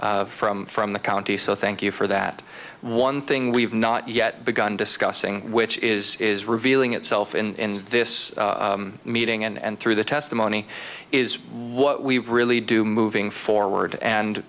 from from the county so thank you for that one thing we've not yet begun discussing which is is revealing itself in this meeting and through the testimony is what we really do moving forward and